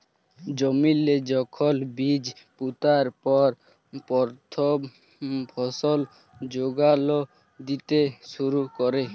জমিল্লে যখল বীজ পুঁতার পর পথ্থম ফসল যোগাল দ্যিতে শুরু ক্যরে